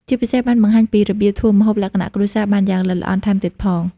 ជាពិសេសបានបង្ហាញពីរបៀបធ្វើម្ហូបលក្ខណៈគ្រួសារបានយ៉ាងល្អិតល្អន់ថែមទៀតផង។